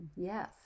Yes